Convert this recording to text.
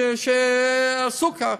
על סוכר,